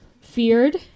feared